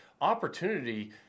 Opportunity